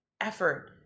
effort